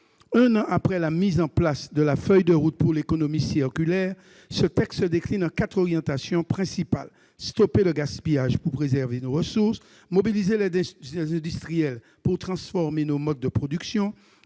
Un an après la mise en place de la feuille de route pour l'économie circulaire, ce texte se décline en quatre orientations principales : stopper le gaspillage pour préserver nos ressources, mobiliser les industriels pour transformer nos modes de production,